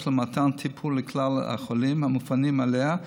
למתן טיפול לכלל החולים המופנים אליה,